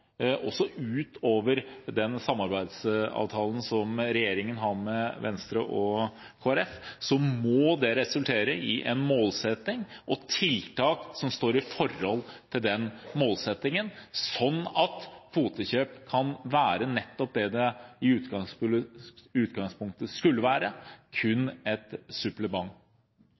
også utover den samarbeidsavtalen som regjeringen har med Venstre og Kristelig Folkeparti, må det resultere i en målsetting og i tiltak som står i forhold til målsettingen, slik at kvotekjøp kan være det som det i utgangspunktet skulle være, kun et supplement.